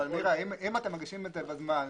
אבל אם אתם מגישים בזמן,